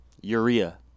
Urea